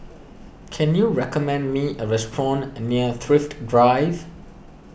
can you recommend me a restaurant near Thrift Drive